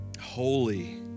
holy